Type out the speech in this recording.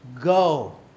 go